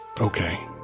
Okay